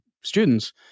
students